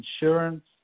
insurance